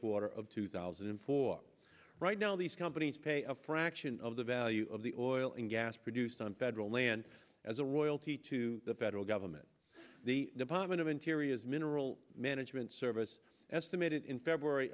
quarter of two thousand and four right now these companies pay a fraction of the value of the oil and gas produced on federal land as a royalty to the federal government the department of interior has mineral management service estimated in february